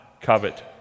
covet